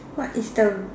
what is the